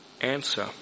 answer